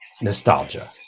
nostalgia